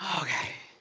okay.